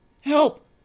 help